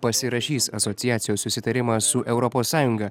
pasirašys asociacijos susitarimą su europos sąjunga